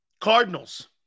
Cardinals